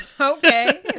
Okay